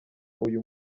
uyu